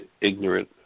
ignorant